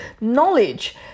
knowledge